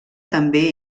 també